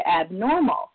abnormal